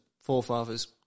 forefathers